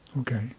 Okay